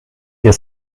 der